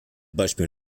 beispiel